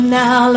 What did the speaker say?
now